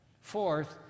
Fourth